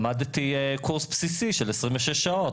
למדתי קורס בסיסי של 26 שעות,